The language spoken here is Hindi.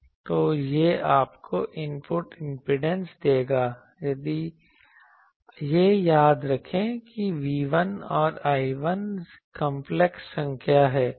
तो यह आपको इनपुट इंपेडेंस देगा यह याद रखें कि V1 और I1 कंपलेक्स संख्या हैं